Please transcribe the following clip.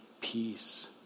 peace